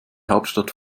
hauptstadt